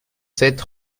sept